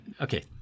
okay